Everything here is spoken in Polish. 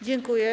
Dziękuję.